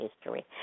history